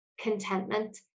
contentment